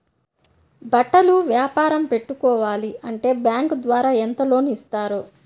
బట్టలు వ్యాపారం పెట్టుకోవాలి అంటే బ్యాంకు ద్వారా ఎంత లోన్ ఇస్తారు?